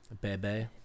Bebe